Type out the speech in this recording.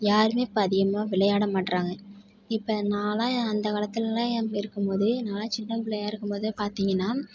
யாரும் இப்போ அதிகமாக விளையாட மாட்டேறாங்க இப்போ நானெலாம் அந்த காலத்துலெலாம் இருக்கும் போது நானெலாம் சின்னப் புள்ளையா இருக்கும்போதே பார்த்தீங்கன்னா